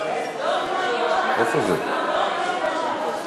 חוק התקציב לשנות הכספים 2013 ו-2014 (תיקון),